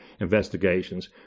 investigations